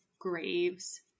graves